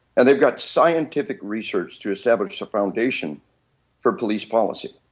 and they have got scientific research to establish a foundation for police policy.